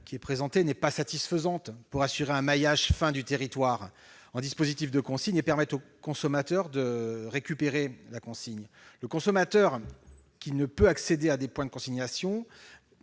qui est proposée n'est pas satisfaisante pour assurer un maillage fin du territoire en dispositifs de consigne et permettre au consommateur de récupérer la consigne. Le consommateur qui ne peut accéder à des points de déconsignation